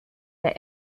der